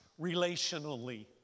relationally